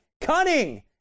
cunning